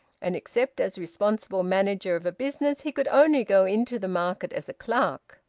and, except as responsible manager of a business, he could only go into the market as a clerk.